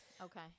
Okay